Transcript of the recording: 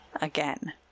Again